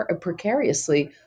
precariously